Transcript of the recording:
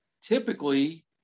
typically